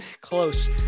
Close